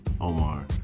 Omar